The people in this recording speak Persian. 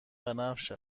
بنفش